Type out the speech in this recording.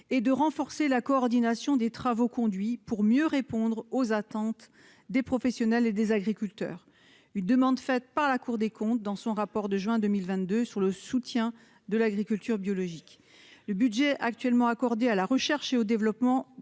et de renforcer la coordination des travaux conduits pour mieux répondre aux attentes des professionnels et des agriculteurs, une demande faite par la Cour des comptes dans son rapport de juin 2022 sur le soutien de l'agriculture biologique, le budget actuellement accordés à la recherche et au développement